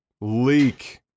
leak